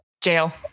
Jail